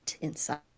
inside